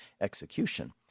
execution